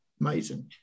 amazing